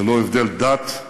ללא הבדל דת,